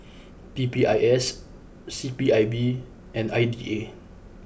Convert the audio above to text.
P P I S C P I B and I D A